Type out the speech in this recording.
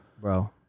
Bro